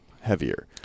heavier